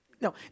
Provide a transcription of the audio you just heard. No